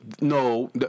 No